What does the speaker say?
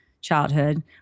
childhood